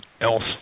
else